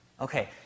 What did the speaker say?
Okay